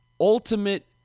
ultimate